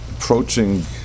Approaching